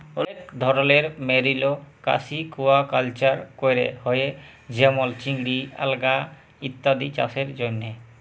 অলেক ধরলের মেরিল আসিকুয়াকালচার ক্যরা হ্যয়ে যেমল চিংড়ি, আলগা ইত্যাদি চাসের জন্হে